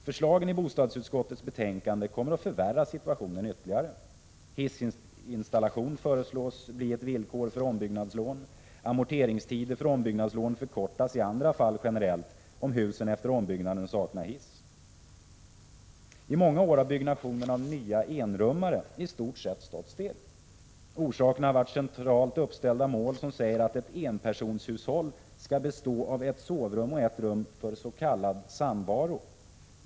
Förslagen i bostadsutskottets betänkande kommer att förvärra situationen ytterligare. Hissinstallation föreslås bli ett villkor för ombyggnadslån. Amorteringstider för ombyggnadslån förkortas i andra fall generellt om huset efter ombyggnaden saknar hiss. I många år har byggnationen av nya enrummare i stort sett stått still. Orsaken har varit centralt uppställda mål, som säger att ett enpersonshushåll skall bestå av ett sovrum och ett rum för s.k. ”samvaro”.